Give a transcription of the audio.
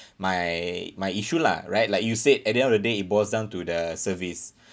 my my issue lah right like you said at the end of the day it boils down to the service